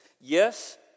Yes